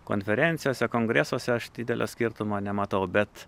konferencijose kongresuose aš didelio skirtumo nematau bet